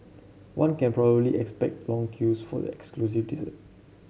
one can probably expect long queues for the exclusive dessert